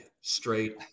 straight